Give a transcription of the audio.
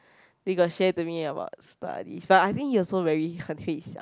they got share to me about studies but I think he also very 很黑想